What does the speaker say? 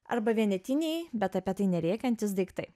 arba vienetiniai bet apie tai nerėkiantys daiktai